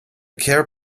care